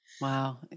Wow